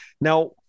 Now